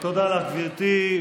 תודה לך, גברתי.